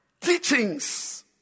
teachings